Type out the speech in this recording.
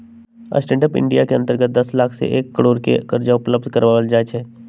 stand up India के अंतर्गत दस लाख से एक करोड़ के करजा उपलब्ध करायल जाइ छइ